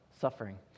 suffering